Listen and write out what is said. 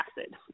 acid